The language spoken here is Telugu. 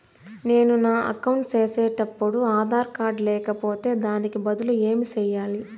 నేను నా అకౌంట్ సేసేటప్పుడు ఆధార్ కార్డు లేకపోతే దానికి బదులు ఏమి సెయ్యాలి?